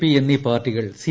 P എന്നീ പാർട്ടികൾ C